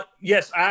Yes